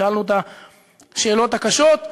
ושאלנו את השאלות הקשות,